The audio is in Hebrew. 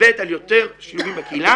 ב' על יותר שיעורים בקהילה.